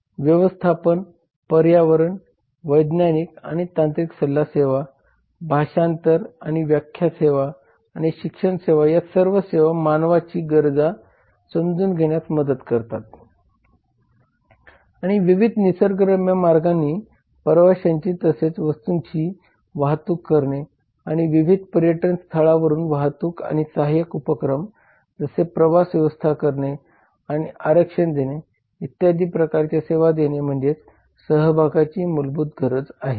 व्यवस्थापन पर्यावरण वैज्ञानिक आणि तांत्रिक सल्ला सेवा भाषांतर आणि व्याख्या सेवा आणि शिक्षण सेवा या सर्व सेवा मानवाची गरजा समजून घेण्यास मदत करतात आणि विविध निसर्गरम्य मार्गांनी प्रवाश्यांची तसेच वस्तूंची वाहतूक करणे आणि विविध पर्यटन स्थळांवर वाहतूक आणि सहाय्यक उपक्रम जसे प्रवास व्यवस्था करणे आणि आरक्षण देणे इत्यादी प्रकारच्या सेवा देणे म्हणजे सहभागाची मूलभूत गरज आहे